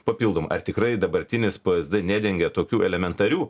papildomai ar tikrai dabartinis psd nedengia tokių elementarių